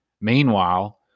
Meanwhile